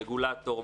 רגולטור,